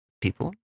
people